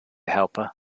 helper